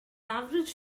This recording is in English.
average